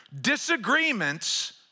Disagreements